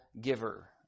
giver